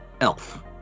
elf